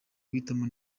guhitamo